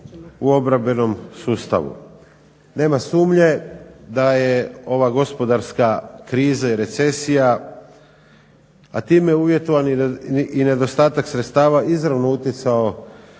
u obrambenom sustavu. Nema sumnje da je ova gospodarska kriza i recesija, a time uvjetovani i nedostatak sredstava izravno utjecao